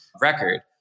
record